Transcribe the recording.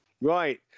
right